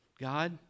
God